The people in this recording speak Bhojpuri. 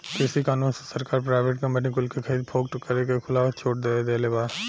कृषि कानून से सरकार प्राइवेट कंपनी कुल के खरीद फोक्त करे के खुला छुट दे देले बा